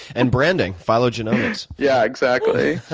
and branding. phylogenomics. yeah, exactly.